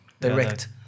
Direct